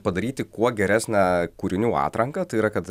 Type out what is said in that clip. padaryti kuo geresnę kūrinių atranką tai yra kad